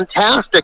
fantastic